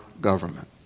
government